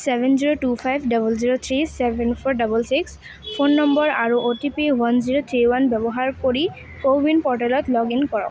seven zero two five double zero three seven four double six phone number আৰু O T P one zero three one ব্যৱহাৰ কৰি CoWIN প'ৰ্টেলত log in কৰক